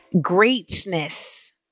greatness